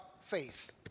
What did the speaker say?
faith